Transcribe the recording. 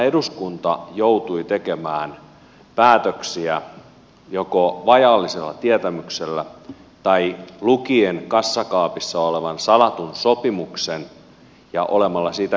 eduskunta joutui tekemään päätöksiä joko vajallisella tietämyksellä tai lukien kassakaapissa olevan salatun sopimuksen ja olemalla siitä hiljaa